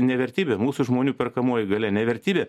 nevertybė mūsų žmonių perkamoji galia ne vertybė